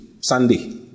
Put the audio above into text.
Sunday